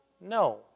No